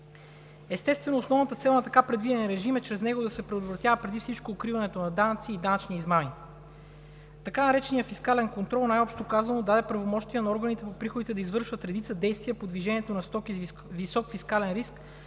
Естествено, основната цел на така предвидения режим е чрез него да се предотвратява преди всичко укриването на данъци и данъчни измами. Така нареченият „фискален контрол“, най-общо казано, даде правомощия на органите по приходите да извършват редица действия по движението на стоки с висок фискален риск,